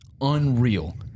unreal